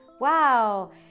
wow